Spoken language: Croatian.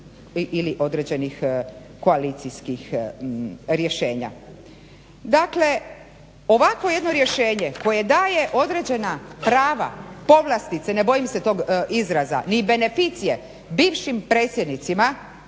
ili određenih koalicijskih rješenja. Dakle ovakvo jedno rješenje koje daje određena prava, povlastice, ne bojim se tog izraza ni beneficije bivšim predsjednicima